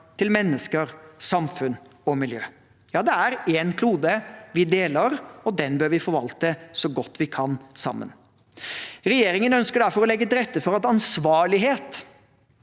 til mennesker, samfunn og miljø. Ja, det er en klode vi deler, og den bør vi forvalte sammen så godt vi kan. Regjeringen ønsker derfor å legge til rette for at ansvarlighet